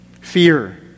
fear